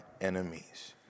enemies